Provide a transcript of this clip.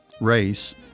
race